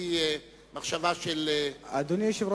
אדוני היושב-ראש,